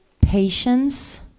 patience